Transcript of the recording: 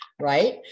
right